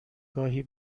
گاهی